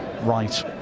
right